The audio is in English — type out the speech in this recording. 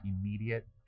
immediate